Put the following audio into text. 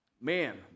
man